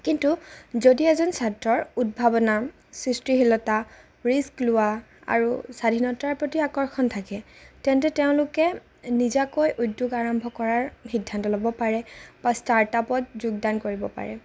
কিন্তু যদি এজন ছাত্ৰৰ উদ্ভাৱনা সৃষ্টিশীলতা ৰিস্ক লোৱা আৰু স্বাধীনতাৰ প্ৰতি আকৰ্ষণ থাকে তেন্তে তেওঁলোকে নিজাকৈ উদ্যোগ আৰম্ভ কৰাৰ সিদ্ধান্ত ল'ব পাৰে বা ষ্টাৰ্ট আপত যোগদান কৰিব পাৰে